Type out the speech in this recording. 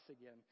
again